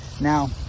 Now